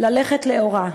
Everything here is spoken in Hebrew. ללכת לאורה.